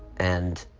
and